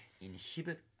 inhibit